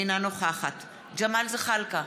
אינה נוכחת ג'מאל זחאלקה,